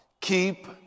Keep